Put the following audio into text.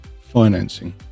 financing